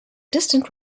distant